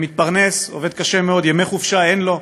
מתפרנס, עובד קשה מאוד, וימי חופשה אין לו.